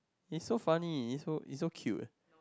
it's so funny it's so it's so cute